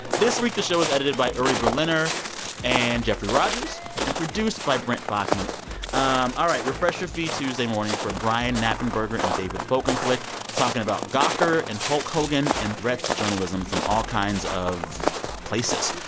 this week, the show was edited by uri berliner and jeffrey rogers and produced by brent baughman. um all right, refresh your feed tuesday morning for brian knappenberger and david folkenflik talking about gawker and hulk hogan and threats to journalism from all kinds of places.